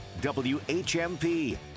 WHMP